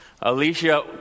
Alicia